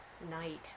night